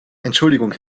entschuldigung